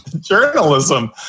journalism